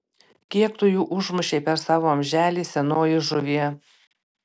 kiek tu jų užmušei per savo amželį senoji žuvie